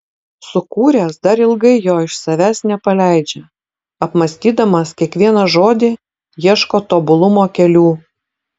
sukūręs dar ilgai jo iš savęs nepaleidžia apmąstydamas kiekvieną žodį ieško tobulumo kelių